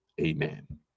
Amen